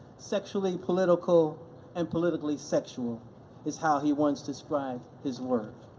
sexually political and politically sexual is how he once described his work.